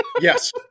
Yes